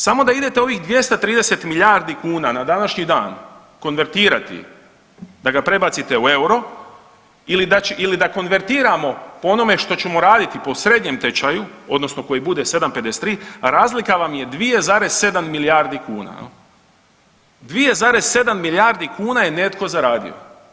Samo da idete ovih 230 milijardi kuna na današnji dan konvertirati da ga prebacite u euro ili da konvertiramo po onome što ćemo raditi po srednjem tečaju odnosno koji bude 7,53 razlika vam je 2,7 milijardi kuna jel, 2,7 milijardi kuna je netko zaradio.